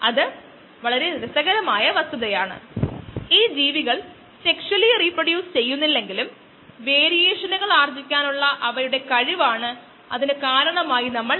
ഇപ്പോൾ രണ്ടാമത്തെ വ്യവസ്ഥയാണ് s ഏകദേശം K s ന് തുല്യമാണെങ്കിൽ നമുക്ക് മുകളിലുള്ള ഏകദേശ വില ഉപയോഗിക്കാൻ കഴിയില്ല